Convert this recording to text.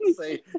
say